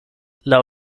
laŭ